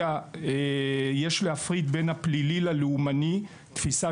יש להפריד בין הפלילי ללאומני תפיסה